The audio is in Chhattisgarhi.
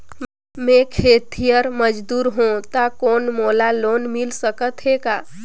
मैं खेतिहर मजदूर हों ता कौन मोला लोन मिल सकत हे का?